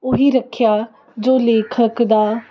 ਉਹੀ ਰੱਖਿਆ ਜੋ ਲੇਖਕ ਦਾ